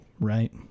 right